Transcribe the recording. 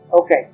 Okay